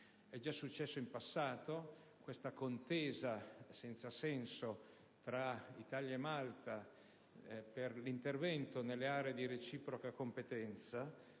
è già verificata in passato questa contesa senza senso tra Italia e Malta per l'intervento nelle aree di reciproca competenza.